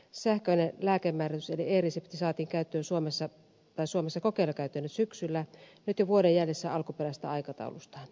sähköinen lääkemääräys eli e resepti saatiin kokeilukäyttöön suomessa nyt syksyllä nyt jo vuoden jäljessä alkuperäisestä aikataulustaan